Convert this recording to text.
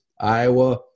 Iowa